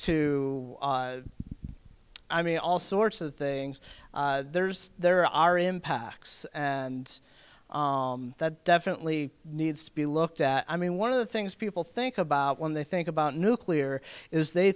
to i mean all sorts of things there's there are impacts and that definitely needs to be looked at i mean one of the things people think about when they think about nuclear is they